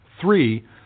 Three